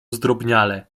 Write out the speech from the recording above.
zdrobniale